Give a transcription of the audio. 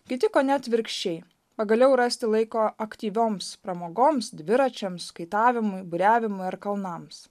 kiti kone atvirkščiai pagaliau rasti laiko aktyvioms pramogoms dviračiams kaitavimui buriavimui ar kalnams